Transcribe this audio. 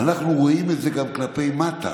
ואנחנו רואים את זה גם כלפי מטה.